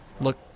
look